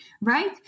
right